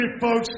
folks